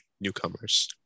newcomers